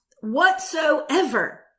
whatsoever